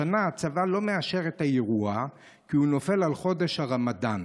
השנה הצבא לא מאשר את האירוע כי הוא נופל על חודש הרמדאן.